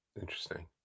Interesting